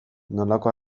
nolako